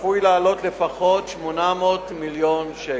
צפוי לעלות לפחות 800 מיליון שקל.